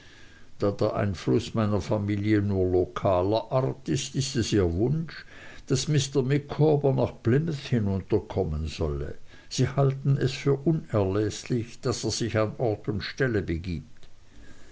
der einfluß meiner familie nur lokaler art ist ist es ihr wunsch daß mr micawber nach plymouth hinunterkommen solle sie halten es für unerläßlich daß er sich an ort und stelle begibt